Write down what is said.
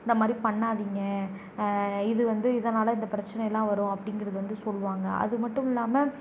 இந்த மாதிரி பண்ணாதிங்க இது வந்து இதனால் இந்த பிரச்சனை எல்லாம் வரும் அப்படிங்கிறது வந்து சொல்லுவாங்க அது மட்டும் இல்லாமல்